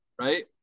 Right